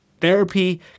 Therapy